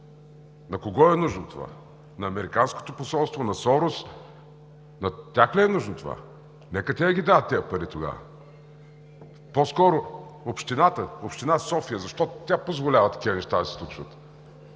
На кого е нужно? На американското посолство, на Сорос, на тях ли е нужно това? Нека те да ги дават тези пари тогава! По-скоро общината, община София – защо тя позволява такива неща да се случват,